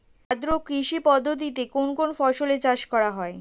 আদ্র কৃষি পদ্ধতিতে কোন কোন ফসলের চাষ করা হয়?